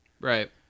Right